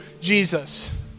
Jesus